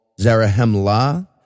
Zarahemla